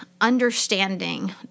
understanding